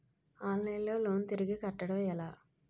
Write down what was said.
Online లో loan తిరిగి కట్టడం ఎలా?